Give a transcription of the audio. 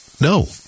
no